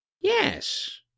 yes